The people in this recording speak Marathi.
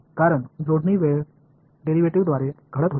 कारण जोडणी वेळ डेरिव्हेटिव्ह द्वारे घडत होती